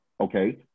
Okay